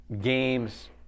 games